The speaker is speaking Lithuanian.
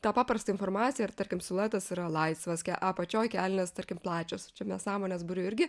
tą paprastą informaciją ir tarkim siluetas yra laisvas ke apačioj kelnės tarkim plačios nesąmones buriu irgi